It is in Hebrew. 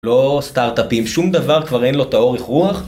לא סטארטאפים, שום דבר, כבר אין לו את האורך רוח.